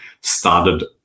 started